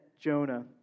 Jonah